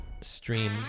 stream